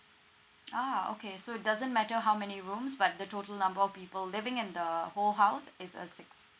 ah okay so it doesn't matter how many rooms but the total number of people living in the whole house is uh six